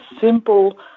simple